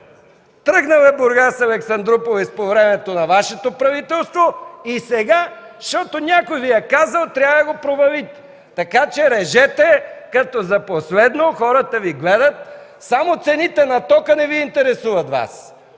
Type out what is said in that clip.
проект, „Бургас Александруполис” е тръгнал по времето на Вашето правителство и сега, защото някой Ви е казал, трябва да го провалите! Така че режете като за последно! Хората Ви гледат! Само цените на тока не Ви интересуват! Само